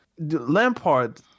Lampard